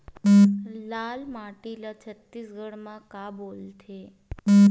लाल माटी ला छत्तीसगढ़ी मा का बोलथे?